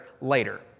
later